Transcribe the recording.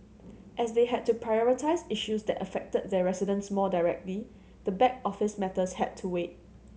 as they had to prioritise issues that affected their residents more directly the back office matters had to wait